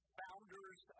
founders